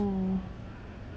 to